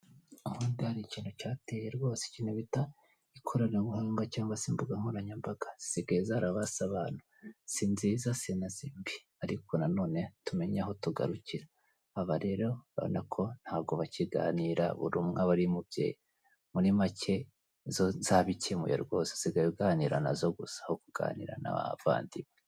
Umuhanda wa kaburimbo ugizwe n'ibice bitatu, igice kimwe kiri kugendamo moto ndetse n'imodoka, ikindi kiri gutambukamo umugenzi ndetse ha hagati aho harimo icyapa kiri mu mabara y'umutuku ndetse n'umweru kiyobora abagenzi hakaba n'ibiti birebire cyane.